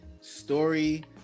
Story